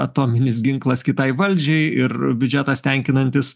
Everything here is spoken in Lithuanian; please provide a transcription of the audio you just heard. atominis ginklas kitai valdžiai ir biudžetas tenkinantis